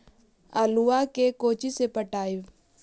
आलुआ के कोचि से पटाइए?